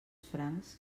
francs